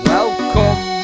Welcome